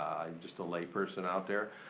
i'm just a layperson out there.